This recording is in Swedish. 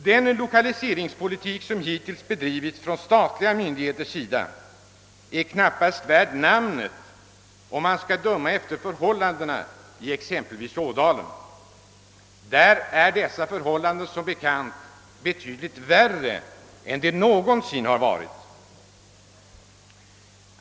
Den lokaliseringspolitik som hittills bedrivits av statliga myndigheter är knappast värd namnet om man skall döma efter förhållandena i exempelvis Ådalen. Där är det som bekant värre än det någonsin har varit.